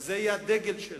זה יהיה הדגל שלה,